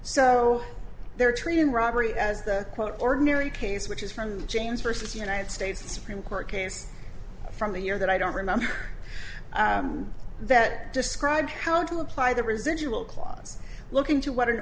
so they're treating robbery as the quote ordinary case which is from james versus united states supreme court case from the year that i don't remember that described how to apply the residual clause looking to what an